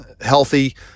healthy